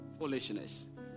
Foolishness